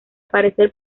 parecer